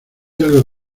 algo